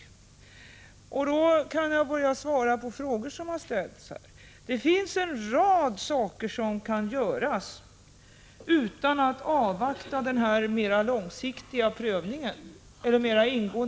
När jag sagt detta kan jag börja svara på frågor som ställts. Det finns en rad saker som kan göras utan att vi avvaktar den mer ingående prövningen av förloppet i Tjernobyl.